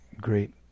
great